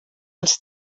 els